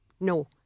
No